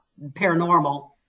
paranormal